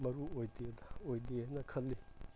ꯃꯔꯨ ꯑꯣꯏꯗꯦꯗ ꯑꯣꯏꯗꯦꯅ ꯈꯜꯂꯤ